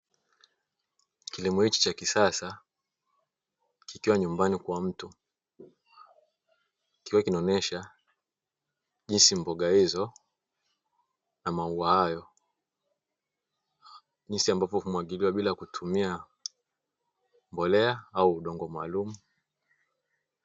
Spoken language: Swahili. Kilimo hiki cha kisasa kikiwa nyumbani kwa mtu kikiwa kinaonyesha jinsi mboga hizo na maua hayo jinsi ambavyo umwagiliwa bila kutumia mbolea au udongo maalumu.